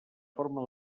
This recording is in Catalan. forma